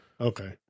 Okay